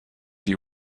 die